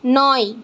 নয়